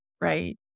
right